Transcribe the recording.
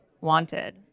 wanted